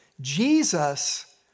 Jesus